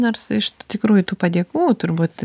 nors iš tikrųjų tų padėkų turbūt